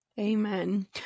Amen